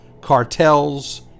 cartels